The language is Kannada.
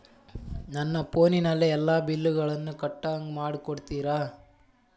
ನನ್ನ ಫೋನಿನಲ್ಲೇ ಎಲ್ಲಾ ಬಿಲ್ಲುಗಳನ್ನೂ ಕಟ್ಟೋ ಹಂಗ ಮಾಡಿಕೊಡ್ತೇರಾ?